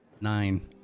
Nine